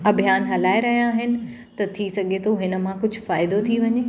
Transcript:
अभ्यान हलाए रहिया आहिनि त थी सघे थो हिन मां कुझु फ़ाइदो थी वञे